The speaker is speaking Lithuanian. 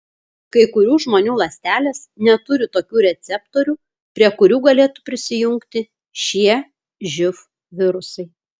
kai kurių žmonių ląstelės neturi tokių receptorių prie kurių galėtų prisijungti šie živ virusai